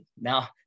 now